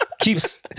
Keeps